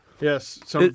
Yes